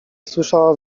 słyszała